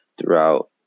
throughout